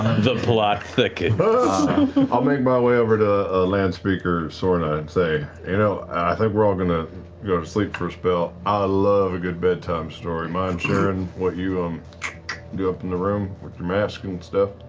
the plot thickens. travis i'll make my way over to landspeaker soorna and say you know i think we're all going to go to sleep for a spell, i love a good bedtime story, mind sharing what you um do up in the room with your mask and stuff?